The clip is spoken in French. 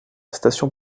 station